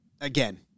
again